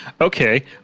okay